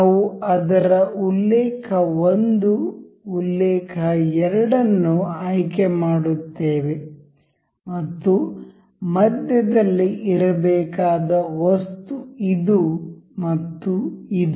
ನಾವು ಅದರ ಉಲ್ಲೇಖ 1 ಉಲ್ಲೇಖ 2 ಅನ್ನು ಆಯ್ಕೆ ಮಾಡುತ್ತೇವೆ ಮತ್ತು ಮಧ್ಯದಲ್ಲಿ ಇರಬೇಕಾದ ವಸ್ತು ಇದು ಮತ್ತು ಇದು